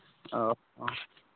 ᱚ